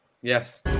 Yes